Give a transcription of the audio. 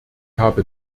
habe